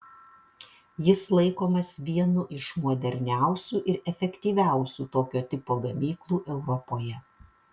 jis laikomas vienu iš moderniausių ir efektyviausių tokio tipo gamyklų europoje